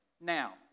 Now